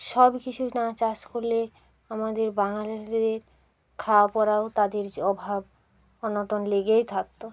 সব কিছু না চাষ করলে আমাদের বাঙালিদের খাওয়া পরাও তাদের যে অভাব অনটন লেগেই থাকত